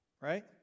right